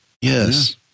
Yes